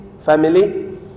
family